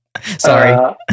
Sorry